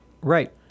Right